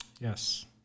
Yes